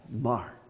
mark